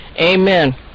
Amen